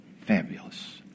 Fabulous